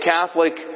Catholic